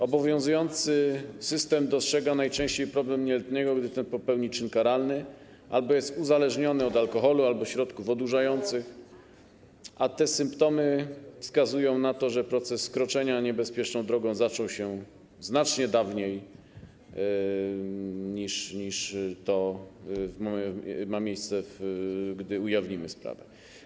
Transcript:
Obowiązujący system dostrzega najczęściej problem nieletniego, gdy ten popełni czyn karalny, jest uzależniony od alkoholu albo środków odurzających, a te symptomy wskazują na to, że proces kroczenia niebezpieczną drogą zaczął się znacznie wcześniej niż wtedy, gdy ujawnimy sprawę.